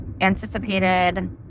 anticipated